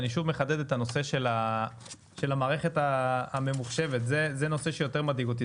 אני שוב מחדד את הנושא של המערכת הממוחשבת זה נושא שיותר מדאיג אותי,